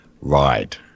ride